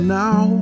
now